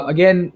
Again